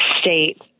state